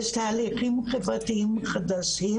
יש תהליכים חברתיים חדשים